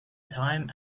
time